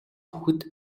хүүхэд